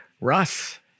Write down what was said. Russ